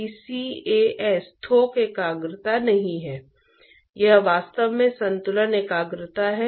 तापमान सीमा परत हीट ट्रांसपोर्ट से मेल खाती है